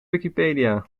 wikipedia